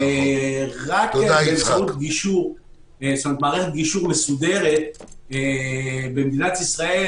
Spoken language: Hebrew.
רק באמצעות מערכת גישור מסודרת במדינת ישראל